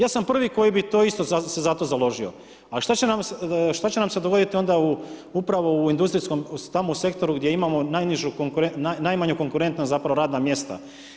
Ja sam prvi koji bi to isto se za to založio, a šta će nam se dogoditi onda upravo u industrijskom tamo sektoru gdje imamo najnižu, najmanju konkurentnost zapravo radna mjesta.